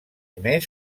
més